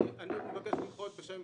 אני מבקש למחות בשם